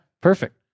perfect